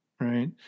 Right